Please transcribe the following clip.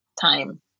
time